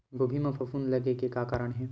गोभी म फफूंद लगे के का कारण हे?